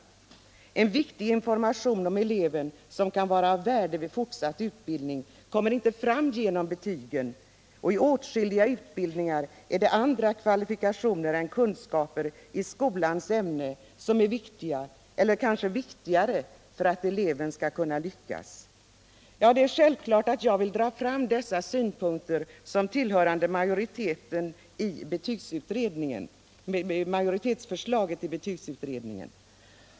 Vidare kommer viktig information om eleverna som kan vara av värde vid fortsatt utbildning inte fram genom betygen, och i åtskilliga utbildningar är det andra kvalifikationer än kunskaper i skolans ämnen som är viktiga, eller kanske viktigare, för att eleverna skall kunna lyckas. Det är självklart att jag vill föra fram dessa synpunkter såsom tillhörande majoritetsförslaget i betygsutredningen.